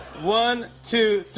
one, two, two,